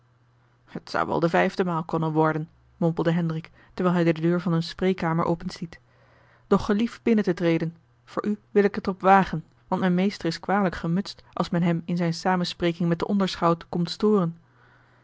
het zou wel de vijfde maal konnen worden mompelde hendrik terwijl hij de deur van eene spreekkamer openstiet doch gelief binnen te treden voor u wil ik het er op wagen want mijn meester is kwalijk gemutst als men hem in zijne samenspreking met den onderschout komt storen